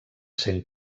sent